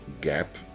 gap